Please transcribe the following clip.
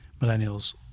millennials